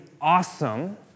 awesome